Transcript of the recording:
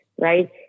right